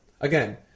again